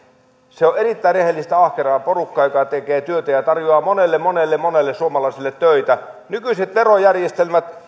se on erittäin rehellistä ahkeraa porukkaa joka tekee työtä ja tarjoaa monelle monelle monelle suomalaiselle töitä nykyisessä verojärjestelmässä